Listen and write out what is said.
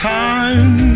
time